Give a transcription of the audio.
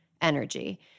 energy